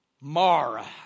Mara